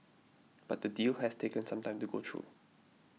but the deal has taken some time to go through